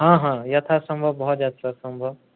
हँ हँ यथासंभव भऽ जायत सर संभव